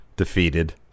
Defeated